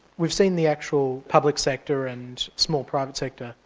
we've seen the actual public sector and small private sector,